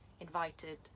invited